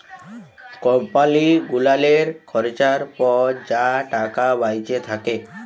কম্পালি গুলালের খরচার পর যা টাকা বাঁইচে থ্যাকে